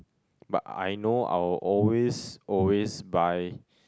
but I know I will always always buy